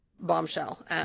bombshell